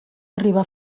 arribar